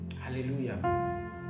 Hallelujah